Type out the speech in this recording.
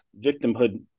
victimhood